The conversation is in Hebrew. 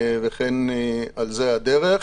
אני רוצה לומר